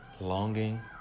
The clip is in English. longing